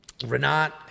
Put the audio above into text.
Renat